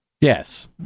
Yes